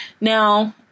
now